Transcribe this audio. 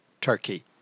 Turkey